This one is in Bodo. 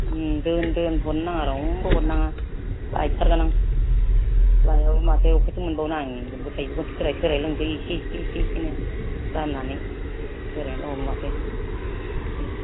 दोन हरनो नाङा रावनोबो हरनाङा लायथारगोन आं लायाबा माथो बबेहायथो मोनबावगोन आं बेखौनो थोरायनानै लोंसै एसे एसेनो राननानै थोरायनानै लोङाबा माथो दे